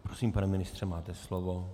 Prosím, pane ministře, máte slovo.